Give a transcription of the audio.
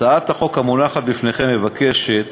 הצעת החוק המונחת בפניכם מבקשת